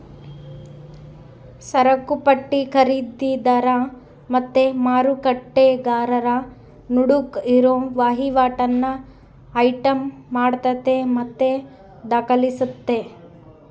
ಸರಕುಪಟ್ಟಿ ಖರೀದಿದಾರ ಮತ್ತೆ ಮಾರಾಟಗಾರರ ನಡುಕ್ ಇರೋ ವಹಿವಾಟನ್ನ ಐಟಂ ಮಾಡತತೆ ಮತ್ತೆ ದಾಖಲಿಸ್ತತೆ